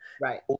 right